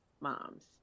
moms